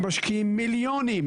הם משקיעים מיליונים,